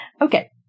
Okay